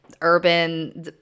urban